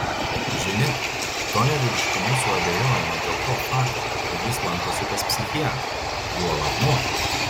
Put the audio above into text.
žinia tonio vyriškumu suabejojama dėl to fakto kad jis lankosi pas psichiatrą juolab moterį